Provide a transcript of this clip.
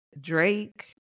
Drake